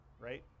right